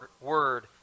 word